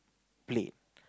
plate